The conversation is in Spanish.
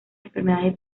enfermedades